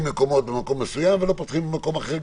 מקומות במקום מסוים ולא פותחים במקום אחר,